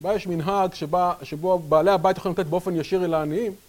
בה יש מנהג שבה... שבו, בעלי הבית יכולים לתת באופן ישיר אל העניים